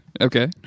okay